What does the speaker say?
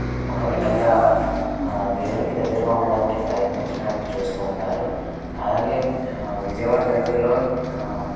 ఒక విధంగా దేవునికి దగ్గరగా ఉండడానికి ప్రయత్నించడానికి చూస్తూ ఉంటారు అలాగే విజయవాడ దగ్గరలో